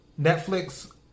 Netflix